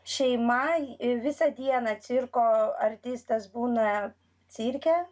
šeima visą dieną cirko artistas būna cirke